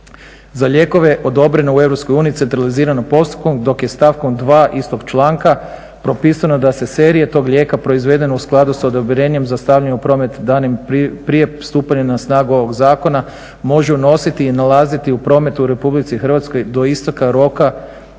za lijekove odobrene u EU centraliziranim postupkom dok je stavkom 2 istog članka propisano da se serije tog lijeka proizvedene u skladu s odobrenjem za stavljanje u promet danim prije stupanja na snagu ovog zakona može unositi i nalaziti u prometu u RH do isteka roka